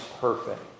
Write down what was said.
perfect